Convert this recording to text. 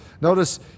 Notice